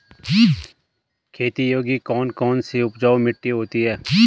खेती योग्य कौन कौन सी उपजाऊ मिट्टी होती है?